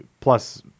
plus